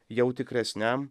jau tikresniam